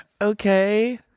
Okay